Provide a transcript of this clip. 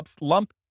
lump